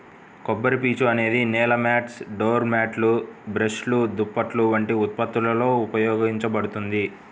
కొబ్బరిపీచు అనేది నేల మాట్స్, డోర్ మ్యాట్లు, బ్రష్లు, దుప్పట్లు వంటి ఉత్పత్తులలో ఉపయోగించబడుతుంది